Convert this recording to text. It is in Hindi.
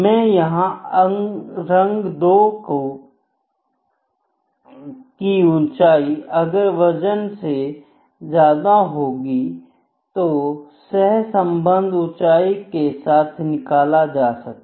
मैं यहां अंग दो की ऊंचाई अगर वजन से ज्यादा होगी तो सहसंबंध ऊंचाई के साथ निकाला जा सकता है